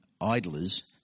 idlers